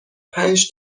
پنج